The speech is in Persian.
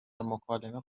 مکالمه